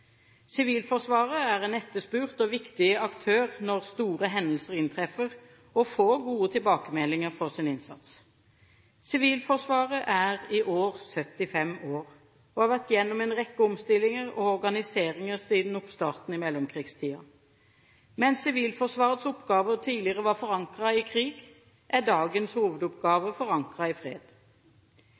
Sivilforsvaret er en etterspurt og viktig aktør når store hendelser inntreffer, og får gode tilbakemeldinger for sin innsats. Sivilforsvaret er i år 75 år og har vært igjennom en rekke omstillinger og omorganiseringer siden oppstarten i mellomkrigstiden. Mens Sivilforsvarets oppgaver tidligere var forankret i krig, er dagens hovedoppgave forankret i fred.